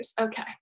okay